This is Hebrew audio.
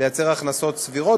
לייצר הכנסות סבירות,